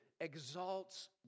exalts